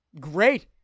great